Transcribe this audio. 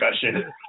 discussion